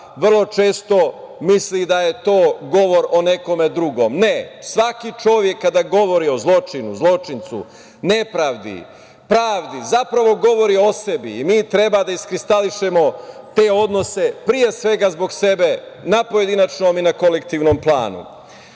vrlo često misli da je to govor o nekome drugom. Ne, svaki čovek kada govori o zločinu, zločincu, nepravdi, pravdi, zapravo govori o sebi i mi treba da iskristališemo te odnose zbog sebe na pojedinačnom i kolektivnom planu. Što